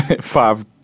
five